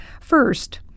First